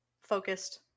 focused